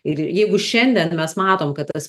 ir jeigu šiandien mes matom kad tas